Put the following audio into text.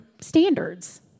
standards